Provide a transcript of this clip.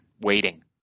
waiting